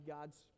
God's